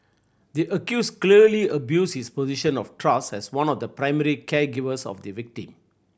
the accused clearly abused his position of trust as one of the primary caregivers of the victim